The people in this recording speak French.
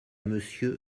monsieur